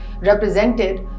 represented